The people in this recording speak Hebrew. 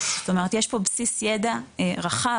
זאת אומרת שיש פה בסיס ידע רחב,